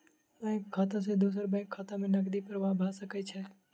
bank खाता सॅ दोसर बैंक खाता में नकदी प्रवाह भ सकै छै